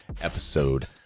episode